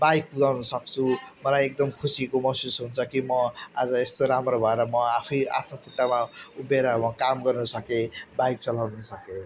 bike कुदाउनु सक्छु मलाई एकदम खुसी महसुस हुन्छ कि म आज यस्तो राम्रो भएर म आफैँ आफ्नो खुट्टामा उभिएर म काम गर्नु सकेँ बाइक चलाउनु सकेँ